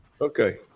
Okay